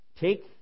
Take